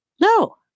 No